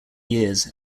years